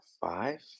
five